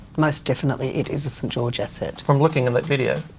most definitely it is a st george asset? from looking at that video,